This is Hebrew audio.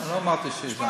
אני לא אמרתי שיזמת.